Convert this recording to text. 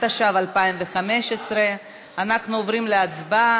התשע"ו 2015. אנחנו עוברים להצבעה.